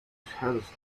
has